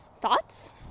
Thoughts